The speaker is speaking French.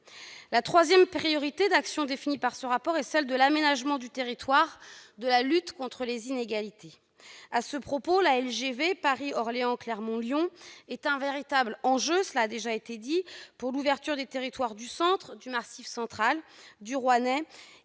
La troisième priorité d'action définie par ce rapport est l'aménagement du territoire et la lutte contre les inégalités. À ce propos, la LGV Paris-Orléans-Clermont-Ferrand-Lyon est un véritable enjeu pour l'ouverture des territoires du Centre, du Massif central, du Roannais.